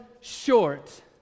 short